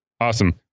Awesome